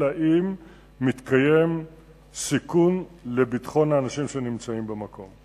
אלא אם כן יש סיכון לביטחון האנשים שנמצאים במקום.